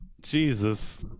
Jesus